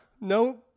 No